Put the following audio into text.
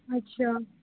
अच्छा